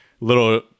little